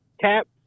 Cap